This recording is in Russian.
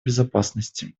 безопасности